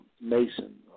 Mason